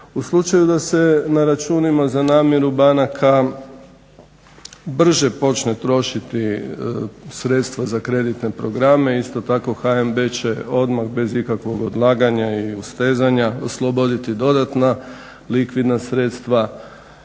U slučaju da se na računima za namjeru banaka brže počne trošiti sredstva za kreditne programe isto tako HNB će odmah bez ikakvog odlaganja i ustezanja osloboditi dodatna likvidna sredstva,